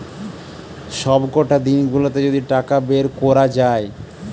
সবকটা দিন গুলাতে যদি টাকা বের কোরা যায়